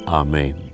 amen